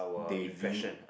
they view